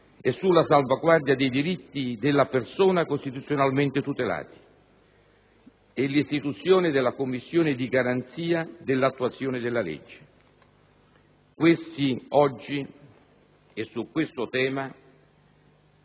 e sulla salvaguardia dei diritti della persona costituzionalmente tutelati, che prevede anche l'istituzione della Commissione di garanzia dell'attuazione della legge. Su questo tema